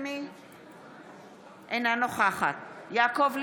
אינה נוכחת יעקב ליצמן,